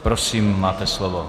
Prosím, máte slovo.